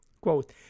Quote